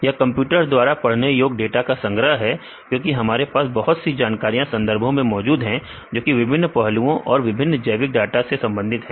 यह कंप्यूटर द्वारा पढ़ने योग्य डाटा का संग्रह है क्योंकि हमारे पास बहुत सी जानकारियां संदर्भों में मौजूद हैं जो कि विभिन्न पहलुओं और विभिन्न जैविक डाटा से संबंधित है